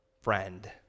friend